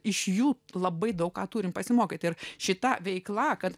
iš jų labai daug ką turime pasimokyti ir šita veikla kad